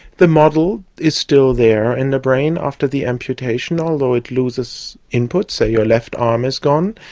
the model is still there in the brain after the amputation, although it loses input. say your left arm is gone,